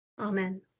Amen